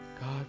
God